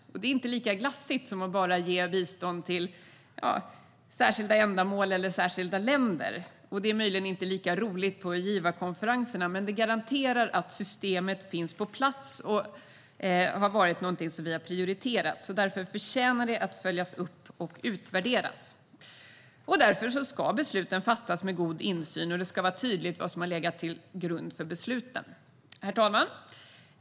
Det är inte lika glassigt som att bara ge bistånd till särskilda ändamål eller särskilda länder. Det är möjligen inte lika roligt på givarkonferenserna. Men det garanterar att systemet finns på plats, och det har varit någonting som vi prioriterat. Därför förtjänar det att följas upp och utvärderas. Besluten ska fattas med god insyn, och det ska vara tydligt vad som har legat till grund för besluten. Herr talman!